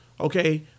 Okay